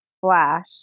flash